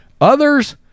Others